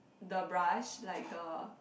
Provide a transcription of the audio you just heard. the brush like the